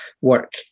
work